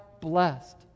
blessed